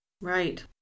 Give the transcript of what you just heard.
Right